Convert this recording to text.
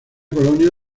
colonia